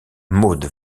maude